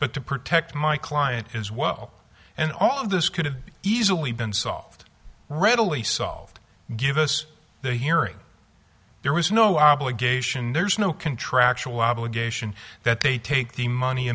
but to protect my client as well and all of this could have easily been soft readily solved give us the hearing there was no obligation there's no contractual obligation that they take the money